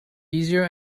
easier